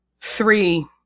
three